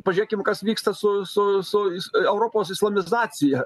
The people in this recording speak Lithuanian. pažiūrėkim kas vyksta su su su seuropos islamizacija